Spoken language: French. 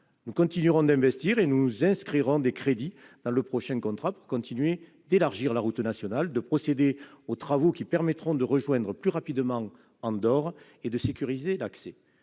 Nous continuerons d'investir et nous inscrirons des crédits dans le prochain contrat pour continuer d'élargir la route nationale, de procéder aux travaux qui permettront de rejoindre plus rapidement Andorre et de sécuriser l'accès.